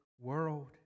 world